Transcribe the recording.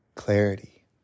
Clarity